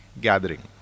gathering